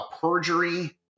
perjury